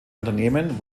unternehmen